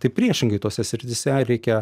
tai priešingai tose srityse reikia